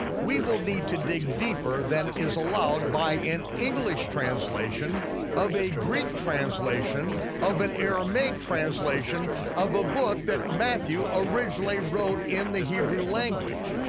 we will need to dig deeper than is allowed by an english translation of a greek translation of an aramaic translation of a book that matthew originally wrote in the hebrew language.